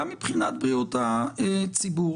גם מבחינת בריאות הציבור?